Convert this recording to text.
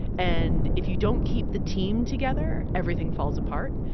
and if you don't keep the team together, everything falls apart.